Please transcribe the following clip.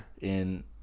In-